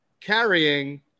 carrying